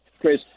Chris